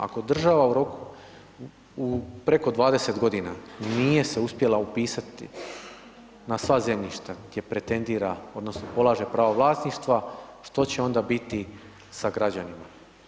Ako država preko 20 g. nije se uspjela upisati na sva zemljišta gdje pretendira, odnosno, polaže pravo vlasništva, što će onda biti sa građanima?